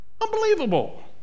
Unbelievable